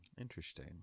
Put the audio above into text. Interesting